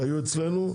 שהיו אצלנו,